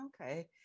okay